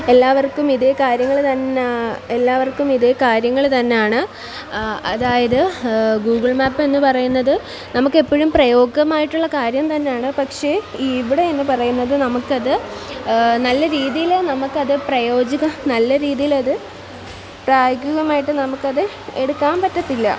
എല്ലാവർക്കും ഇതേ കാര്യങ്ങൾ തന്നാ എല്ലാവർക്കും ഇതേ കാര്യങ്ങൾ തന്നെയാണ് അതായത് ഗൂഗിൾ മാപ്പെന്ന് പറയുന്നത് നമുക്ക് എപ്പോഴും പ്രയോഗികമായിട്ടുള്ള കാര്യം തന്നെയാണ് പക്ഷേ ഇവിടെ എന്ന് പറയുന്നത് നമ്മൾക്ക് അത് നല്ല രീതിയിൽ നമ്മൾക്ക് അത് പ്രയോജിത നല്ല രീതിയിൽ അത് പ്രായോഗികമായിട്ട് നമ്മൾക്ക് അത് എടുക്കാൻ പറ്റത്തില്ല